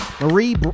Marie